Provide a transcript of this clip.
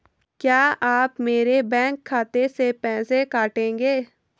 क्या आप मेरे बैंक खाते से पैसे काटेंगे?